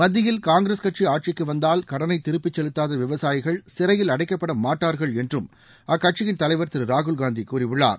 மத்தியில் காங்கிரஸ் கட்சி ஆட்சிக்கு வந்தால் கடனை திருப்பிச் செலுத்தாத விவசாயிகள் சிறையில் அடைக்கப்படமாட்டார்கள் என்றும் அக்கட்சியின் தலைவர் திரு ராகுல் காந்தி கூறியுள்ளார்